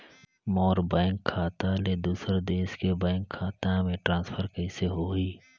मोर bank खाता ले दुसर देश के बैंक खाता मे ट्रांसफर कइसे होही?